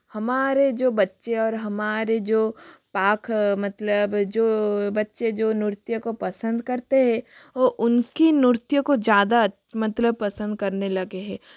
हमारे जो बच्चे और हमारे जो पाक मतलब जो बच्चे जो नृत्य को पसंद करते है वह उनकी नृत्य को ज़्यादा मतलब पसंद करने लगे है